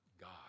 God